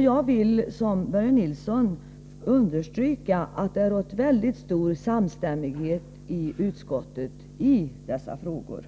Jag vill liksom Börje Nilsson understryka att det rått stor samstämmighet i utskottet i dessa frågor.